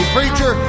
Preacher